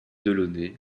delaunay